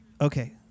Okay